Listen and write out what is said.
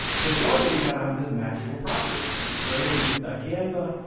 so soybeans now have this magical property. you spray them with dicamba,